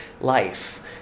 life